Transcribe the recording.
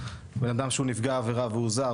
בן אדם שהוא נפגע עבירה והוא זר,